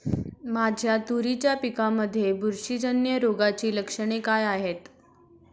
माझ्या तुरीच्या पिकामध्ये बुरशीजन्य रोगाची लक्षणे कोणती आहेत?